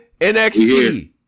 NXT